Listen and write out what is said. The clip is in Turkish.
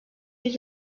yüz